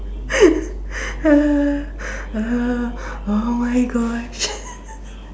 uh uh oh gosh